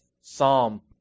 psalm